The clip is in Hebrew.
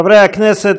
חברי הכנסת,